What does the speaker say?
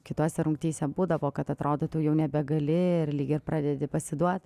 kitose rungtyse būdavo kad atrodytų jau nebegali ir lyg ir pradedi pasiduot